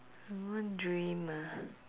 one dream ah